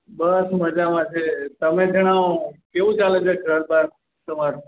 બસ મજામાં છીએ તમે જણાવો કેવું ચાલે છે ઘરબાર તમારું